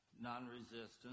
non-resistance